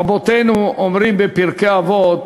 רבותינו אומרים בפרקי אבות: